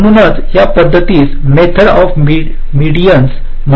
म्हणूनच या पद्धतीस मेथड ऑफ मेडीन्स म्हणतात